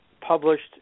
published